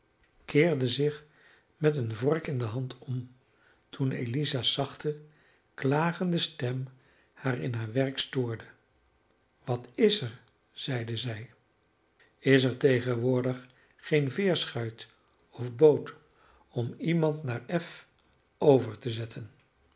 keerde zich met eene vork in de hand om toen eliza's zachte klagende stem haar in haar werk stoorde wat is er zeide zij is er tegenwoordig geen veerschuit of boot om iemand naar f over te zetten